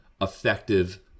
effective